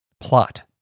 Plot